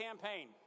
campaign